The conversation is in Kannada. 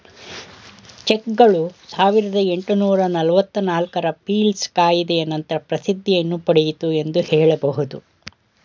ಚೆಕ್ಗಳು ಸಾವಿರದ ಎಂಟುನೂರು ನಲವತ್ತು ನಾಲ್ಕು ರ ಪೀಲ್ಸ್ ಕಾಯಿದೆಯ ನಂತರ ಪ್ರಸಿದ್ಧಿಯನ್ನು ಪಡೆಯಿತು ಎಂದು ಹೇಳಬಹುದು